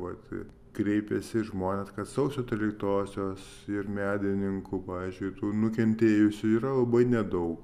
vat kreipėsi žmonės sausio tryliktosios ir medininkų pavyzdžiui tų nukentėjusių yra labai nedaug